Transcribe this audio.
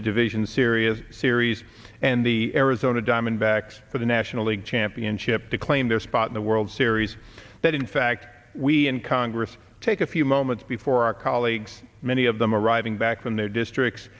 the division syria's series and the arizona diamondbacks for the national league championship to claim their spot in the world series that in fact we in congress take a few moments before our colleagues many of them arriving back from their districts